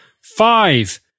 Five